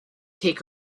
take